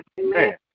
Amen